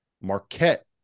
Marquette